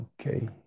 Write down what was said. Okay